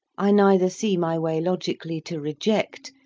i neither see my way logically to reject,